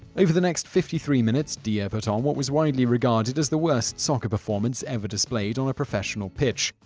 over the next fifty three minutes dia put on what was widely regarded as the worst soccer performance ever displayed on a professional pitch.